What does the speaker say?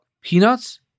Peanuts